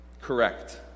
correct